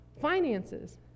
Finances